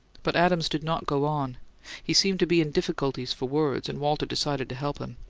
but adams did not go on he seemed to be in difficulties for words, and walter decided to help him.